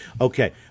Okay